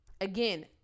Again